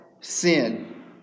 sin